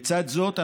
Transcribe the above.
לצד זאת,